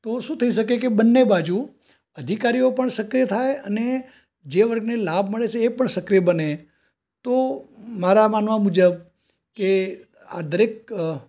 તો શું થઈ શકે કે બંને બાજું અધિકારીઓ પણ સક્રિય થાય અને જે વર્ગને લાભ મળે છે એ પણ સક્રિય બને તો મારા માનવા મુજબ કે આ દરેક